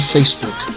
Facebook